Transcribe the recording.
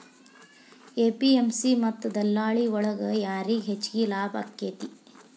APMC ಮತ್ತ ದಲ್ಲಾಳಿ ಒಳಗ ಯಾರಿಗ್ ಹೆಚ್ಚಿಗೆ ಲಾಭ ಆಕೆತ್ತಿ?